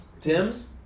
Tim's